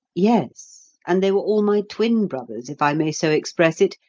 yes, and they were all my twin brothers, if i may so express it,